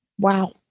Wow